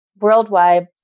worldwide